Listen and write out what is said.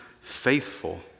faithful